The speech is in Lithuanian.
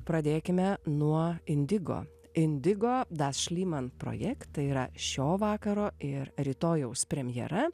pradėkime nuo indigo indigo das šlyman projektai yra šio vakaro ir rytojaus premjera